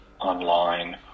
online